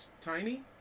tiny